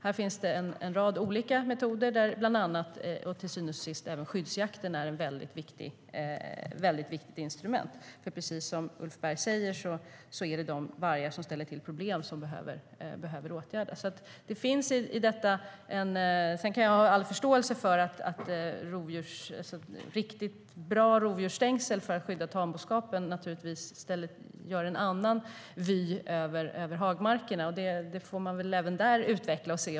Här finns en rad olika metoder, och till syvende och sist är även skyddsjakten ett viktigt instrument. Precis som Ulf Berg säger är det ju de vargar som ställer till problem som behöver åtgärdas. Sedan kan jag ha all förståelse för att riktigt bra rovdjursstängsel för att skydda tamboskapen ger en annan vy över hagmarkerna.